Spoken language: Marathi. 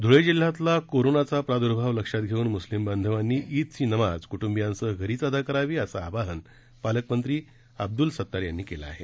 ध्वळे जिल्ह्यातला कोरोनाचा प्रादूर्भाव लक्षात घेऊन मुस्लीम बांधवांनी ईदची नमाज क्ट्बीयांसह घरीच अदा करावी असं आवाहन पालकमंत्री अब्दुल सत्तार यांनी केलं आहे